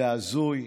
זה הזוי,